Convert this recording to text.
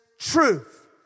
truth